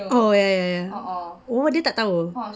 oh ya ya ya oh dia tak tahu